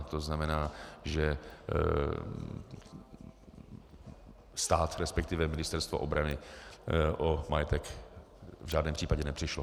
To znamená, že stát, resp. Ministerstvo obrany o majetek v žádném případě nepřišlo.